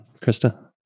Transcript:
Krista